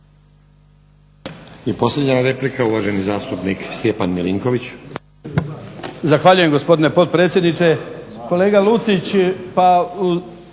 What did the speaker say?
I posljednja replika, uvaženi zastupnik Stjepan Milinković.